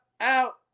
out